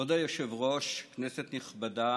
כבוד היושב-ראש, כנסת נכבדה,